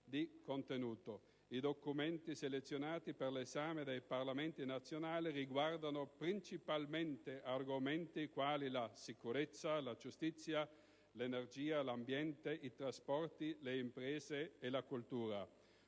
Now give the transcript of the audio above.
I documenti selezionati per l'esame dei Parlamenti nazionali riguardano principalmente argomenti quali la sicurezza, la giustizia, l'energia, l'ambiente, i trasporti, le imprese, la cultura.